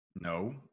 No